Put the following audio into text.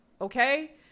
Okay